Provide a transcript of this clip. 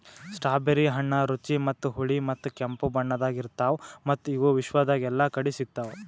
strawberry ಹಣ್ಣ ರುಚಿ ಮತ್ತ ಹುಳಿ ಮತ್ತ ಕೆಂಪು ಬಣ್ಣದಾಗ್ ಇರ್ತಾವ್ ಮತ್ತ ಇವು ವಿಶ್ವದಾಗ್ ಎಲ್ಲಾ ಕಡಿ ಸಿಗ್ತಾವ್